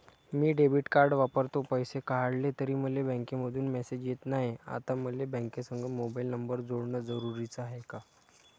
मी debit card वापरतो, पैसे काढले तरी मले बँकेमंधून मेसेज येत नाय, आता मले बँकेसंग मोबाईल नंबर जोडन जरुरीच हाय का?